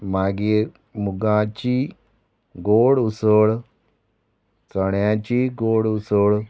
मागीर मुगाची गोड उसळ चण्याची गोड उसळ